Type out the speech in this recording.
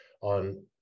on